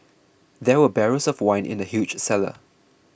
there were barrels of wine in the huge cellar